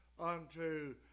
unto